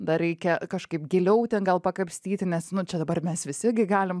dar reikia kažkaip giliau ten gal pakapstyti nes nu čia dabar mes visi gi galim